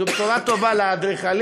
זו בשורה טובה לאדריכלים,